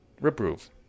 reprove